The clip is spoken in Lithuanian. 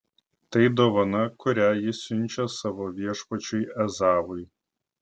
tai dovana kurią jis siunčia savo viešpačiui ezavui